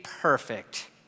perfect